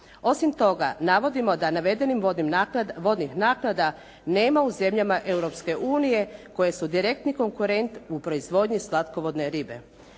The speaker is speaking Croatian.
Osim toga, navodimo da navedenih vodnih naknada nema u zemljama Europske unije koje su direktni konkurent u proizvodnji slatkovodne ribe.